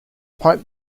pipe